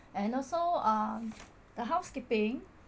and also um the housekeeping